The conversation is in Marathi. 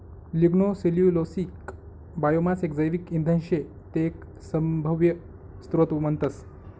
लिग्नोसेल्यूलोसिक बायोमास एक जैविक इंधन शे ते एक सभव्य स्त्रोत म्हणतस